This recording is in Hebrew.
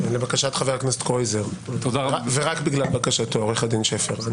לבקשת חבר הכנסת קרויזר ורק בגלל בקשתו, עו"ד שפר.